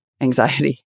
anxiety